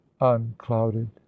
unclouded